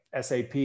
SAP